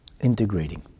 integrating